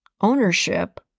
ownership